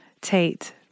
Tate